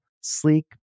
sleek